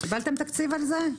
קיבלתם תקציב על זה?